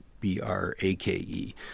B-R-A-K-E